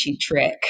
trick